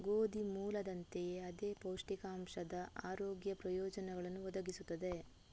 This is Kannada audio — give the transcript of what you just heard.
ಗೋಧಿ ಮೂಲದಂತೆಯೇ ಅದೇ ಪೌಷ್ಟಿಕಾಂಶದ ಆರೋಗ್ಯ ಪ್ರಯೋಜನಗಳನ್ನು ಒದಗಿಸುತ್ತದೆ